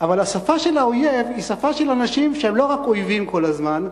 אבל השפה של האויב היא שפה של אנשים שהם לא רק אויבים כל הזמן,